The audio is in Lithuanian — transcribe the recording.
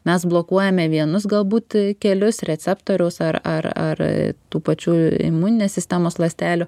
mes blokuojame vienus galbūt kelius receptoriaus ar ar ar tų pačių imuninės sistemos ląstelių